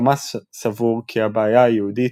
חמאס סבור כי הבעיה היהודית,